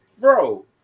bro